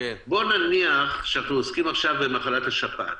נניח שאנחנו עוסקים עכשיו במחלת השפעת,